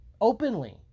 Openly